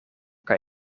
kaj